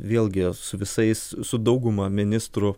vėlgi su visais su dauguma ministrų